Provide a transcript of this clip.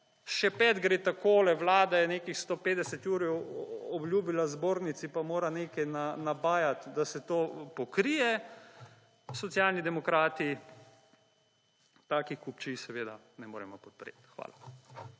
šepet gre takole: vlada je nekih 150 jurjev obljubila zbornici, pa mora nekaj napajati, da se to pokrije. Socialni demokrati takih kupčij seveda ne moremo podpreti. Hvala.